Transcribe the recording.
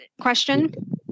question